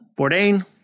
Bourdain